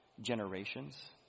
generations